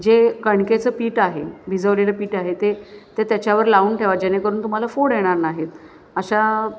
जे कणकेचं पीठ आहे भिजवलेलं पीठ आहे ते ते त्याच्यावर लावून ठेवा जेणेकरून तुम्हाला फोड येणार नाहीत अशा